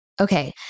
Okay